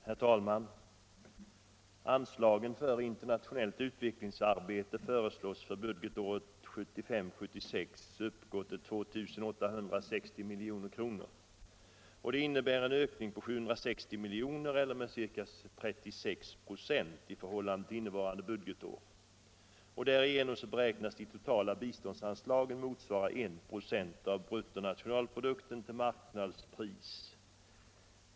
Herr talman! Anslagen för internationellt utvecklingsarbete föreslås för budgetåret 1975/76 uppgå till 2 860 milj.kr. Det innebär en ökning på 760 milj.kr. eller med ca 36 96 i förhållande till innevarande budgetår. Därigenom beräknas det totala biståndsanslaget motsvara 1 96 av bruttonationalprodukten till marknadspris.